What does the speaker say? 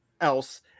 else